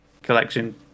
collection